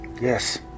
Yes